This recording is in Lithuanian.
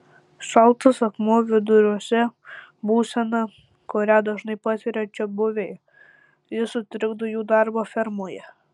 šaltas akmuo viduriuose būsena kurią dažnai patiria čiabuviai ji sutrikdo jų darbą fermoje